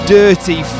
dirty